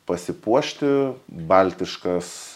pasipuošti baltiškas